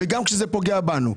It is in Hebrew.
גם כשזה פוגע בנו,